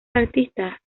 artistas